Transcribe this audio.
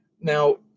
Now